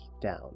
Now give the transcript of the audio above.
down